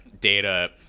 data